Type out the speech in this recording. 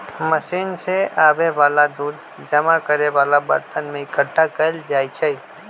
machine से आबे वाला दूध जमा करे वाला बरतन में एकट्ठा कएल जाई छई